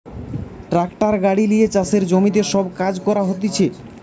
tractor গাড়ি লিয়ে চাষের জমিতে সব কাজ করা হতিছে